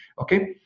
Okay